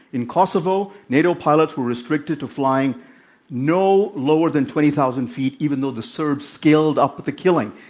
in kosovo, nato pilots were restricted to flying no lower than twenty thousand feet, even though the serbs scaled up with the killing.